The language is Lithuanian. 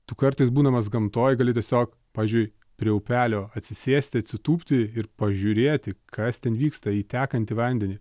tu kartais būdamas gamtoj gali tiesiog pavyzdžiui prie upelio atsisėsti atsitūpti ir pažiūrėti kas ten vyksta į tekantį vandenį